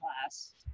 class